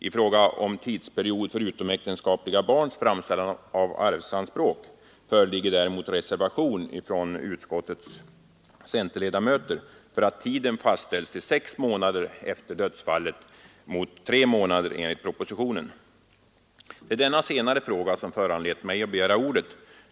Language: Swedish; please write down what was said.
I fråga om tidsperiod för utomäktenskapliga barns framställande av arvsanspråk föreligger däremot reservation från utskottets centerledamöter för att tiden fastställs till sex månader efter dödsfallet mot tre månader enligt propositionen. Det är denna senare fråga som föranlett mig att begära ordet.